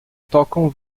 tocam